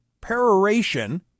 peroration